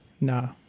no